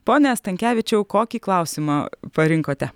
pone stankevičiau kokį klausimą parinkote